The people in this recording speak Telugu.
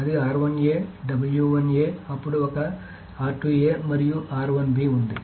అది అప్పుడు అక్కడ ఒక మరియు ఉంది